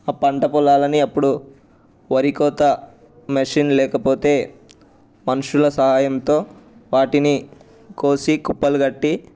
ఆ పంట పొలాలని అప్పుడు వరి కోత మిషన్ లేకపోతే మనుష్యుల సహాయంతో వాటిని కోసి కుప్పలు కట్టి